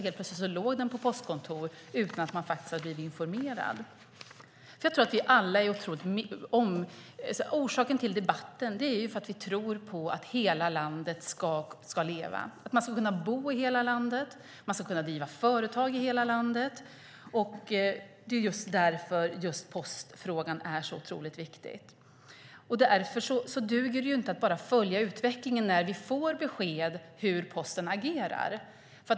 Helt plötsligt låg posten på postkontoret utan att man hade blivit informerad. Orsaken till debatten är att vi tror på att hela landet ska leva. Man ska kunna bo och driva företag i hela landet. Det är därför postfrågan är så otroligt viktig. Därför duger det inte att bara följa utvecklingen när vi får besked om hur Posten agerar.